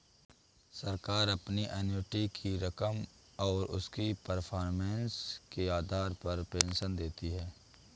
सरकार आपकी एन्युटी की रकम और उसकी परफॉर्मेंस के आधार पर पेंशन देती है